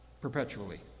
perpetually